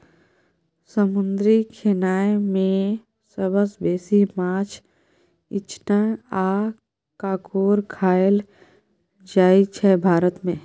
समुद्री खेनाए मे सबसँ बेसी माछ, इचना आ काँकोर खाएल जाइ छै भारत मे